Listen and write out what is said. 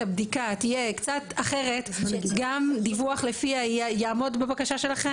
הבדיקה תהיה קצת אחרת גם דיווח לפיה יעמוד בבקשה שלכם.